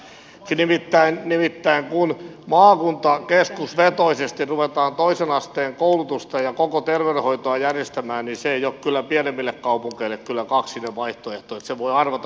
nimittäin kun maakuntakeskusvetoisesti ruvetaan toisen asteen koulutusta ja koko terveydenhoitoa järjestämään niin se ei ole pienemmille kaupungeille kyllä kaksinen vaihtoehto sen voi arvata kyllä kuinka siinä käy